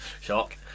Shock